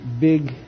big